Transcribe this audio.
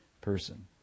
person